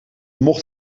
mocht